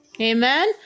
Amen